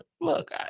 Look